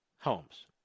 homes